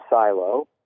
silo